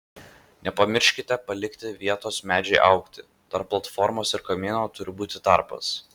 nepamirškite palikti vietos medžiui augti tarp platformos ir kamieno turi būti tarpas